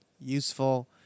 useful